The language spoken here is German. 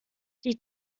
die